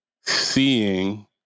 seeing